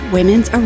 Women's